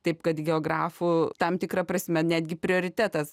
taip kad geografų tam tikra prasme netgi prioritetas